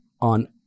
on